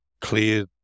clear